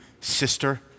sister